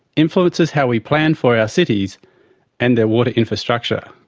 influences how we plan for our cities and their water infrastructure.